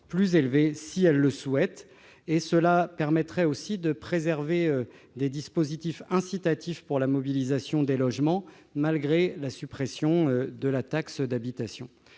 plus élevé si elles le souhaitent et de préserver les mécanismes incitatifs pour la mobilisation des logements, malgré la suppression de la taxe d'habitation.